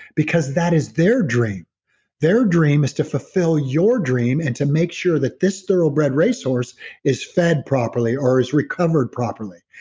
because that is their dream their dream is to fulfill your dream and to make sure that this thoroughbred racehorse is fed properly or is recovered properly.